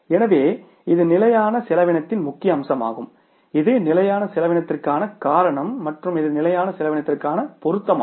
எனவே இது நிலையான செலவினத்தின் முக்கிய அம்சமாகும் இது நிலையான செலவினத்திற்கான காரணம் மற்றும் இது நிலையான செலவினத்தின் பொருத்தமாகும்